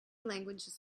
languages